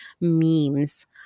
memes